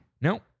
No